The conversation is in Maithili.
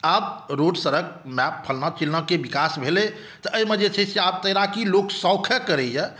आब रोड सड़क फलना चिलनाकेँ विकास भेलै तऽ एहिमे जे छै से आब तैराकी लोक शौखे करैए